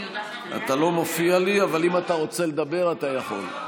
אתה לא מופיע לי, אבל אם אתה רוצה לדבר אתה יכול.